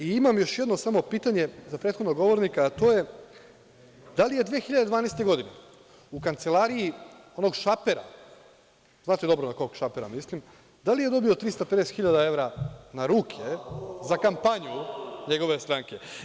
Imam još jedno pitanje za prethodnog govornika, a to je – da li je 2012. godine u kancelariji onog Šapera, znate dobro na kog Šapera mislim, da li je dobio 350 hiljada evra na ruke za kampanju njegove stranke?